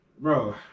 Bro